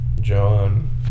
John